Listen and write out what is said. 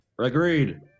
Agreed